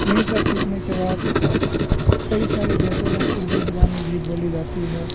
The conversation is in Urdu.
یہی سب سیکھنے کے بعد کئی سارے دیشوں میں اردو زبان بھی بولی جاتی ہے